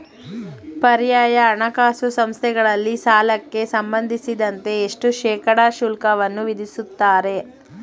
ಪರ್ಯಾಯ ಹಣಕಾಸು ಸಂಸ್ಥೆಗಳಲ್ಲಿ ಸಾಲಕ್ಕೆ ಸಂಬಂಧಿಸಿದಂತೆ ಎಷ್ಟು ಶೇಕಡಾ ಶುಲ್ಕವನ್ನು ವಿಧಿಸುತ್ತಾರೆ?